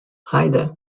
haida